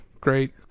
great